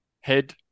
head